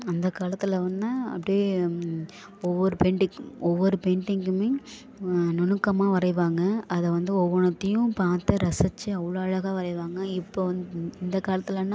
அந்த காலத்தில் வந்து அப்படியே ஒவ்வொரு பெயிண்டிங் ஒவ்வொரு பெயிண்டிங்க்குமே நுணுக்கமாக வரைவாங்க அதை வந்து ஒவ்வொன்றுத்தையும் பார்த்து ரசித்து அவ்வளோ அழகாக வரைவாங்க இப்போ வந் இந் இந்த காலத்துலனால்